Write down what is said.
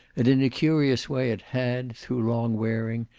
and in a curious way it had, through long wearing,